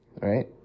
right